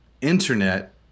internet